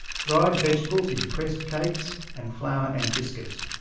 fried vegetables in pressed cakes and flour and biscuits.